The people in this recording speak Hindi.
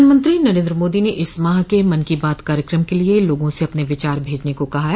प्रधानमंत्री नरेन्द्र मोदी ने इस माह के मन की बात कार्यक्रम के लिए लोगों से अपने विचार भेजने को कहा है